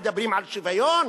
מדברים על שוויון?